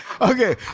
Okay